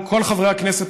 כל חברי הכנסת,